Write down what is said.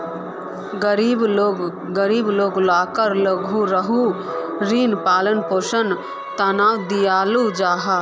गरीब लोग लाक लघु ऋण पालन पोषनेर तने दियाल जाहा